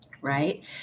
right